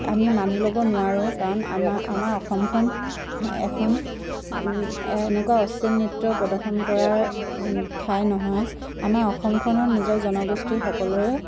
আমি মানি ল'ব নোৱাৰোঁ কাৰণ আমা আমাৰ অসমখন এখন এনেকুৱা অশ্লীল নৃত্য প্ৰদৰ্শন কৰাৰ ঠাই নহয় আমাৰ অসমখনৰ নিজৰ জনগোষ্ঠীৰ সকলোৰে